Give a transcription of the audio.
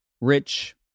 rich